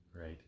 Right